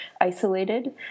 isolated